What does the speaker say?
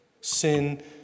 sin